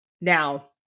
Now